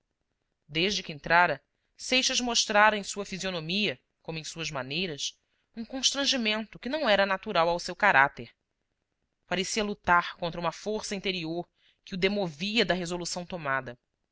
desde que entrara seixas mostrara em sua fisionomia como em suas maneiras um constrangimento que não era natural ao seu caráter parecia lutar contra uma força interior que o demovia da resolução tomada